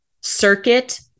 circuit